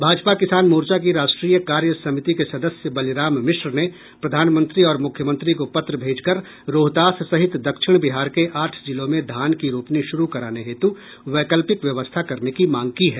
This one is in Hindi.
भाजपा किसान मोर्चा की राष्ट्रीय कार्य समिति के सदस्य बलिराम मिश्र ने प्रधानमंत्री और मुख्यमंत्री को पत्र भेजकर रोहतास सहित दक्षिण बिहार के आठ जिलों में धान की रोपनी शुरू कराने हेतु वैकल्पिक व्यवस्था करने की मांग की है